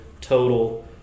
total